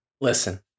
Listen